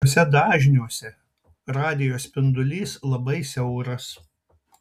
šiuose dažniuose radijo spindulys labai siauras